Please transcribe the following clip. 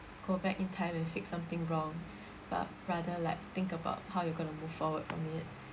go back in time and fix something wrong but rather like think about how you going to move forward from it